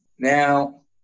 Now